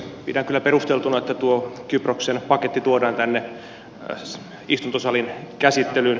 pidän kyllä perusteltuna että tuo kyproksen paketti tuodaan tänne istuntosalin käsittelyyn